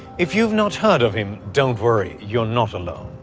if you've not heard of him, don't worry, you're not alone.